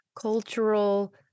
cultural